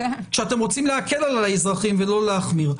כשאתם רוצים להקל על האזרחים ולא להחמיר.